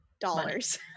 dollars